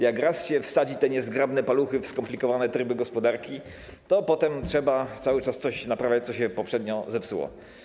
Jak raz się wsadzi te niezgrabne paluchy w skomplikowane tryby gospodarki, to potem trzeba cały czas naprawiać coś, co się poprzednio zepsuło.